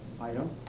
item